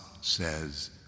says